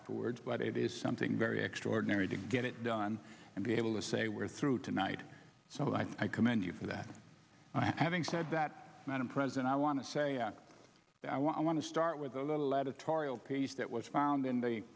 afterwards but it is something very extraordinary to get it done and be able to say we're through tonight so i commend you for that having said that madam president i want to say that i want to start with the letter tauriel piece that was found in the